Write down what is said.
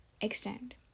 Extend